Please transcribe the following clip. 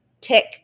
tick